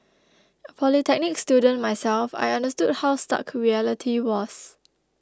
a polytechnic student myself I understood how stark reality was